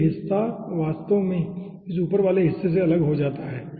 तो यह हिस्सा वास्तव में इस ऊपर वाले हिस्से से अलग हो जाता है